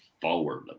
forward